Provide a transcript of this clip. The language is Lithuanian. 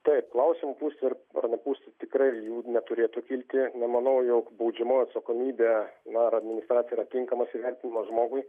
taip klausimų pūsti ar ar nepūsti tikrai jų neturėtų kilti nemanau jog baudžiamoji atsakomybė na ar administracinė yra tinkamas įvertinimas žmogui